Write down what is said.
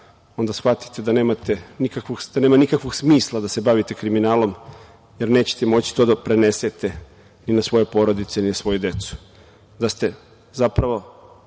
onda shvatite da nema nikakvog smisla da se bavite kriminalom, jer nećete moći to da prenesete na svoje porodice, svoju decu, da ste zapravo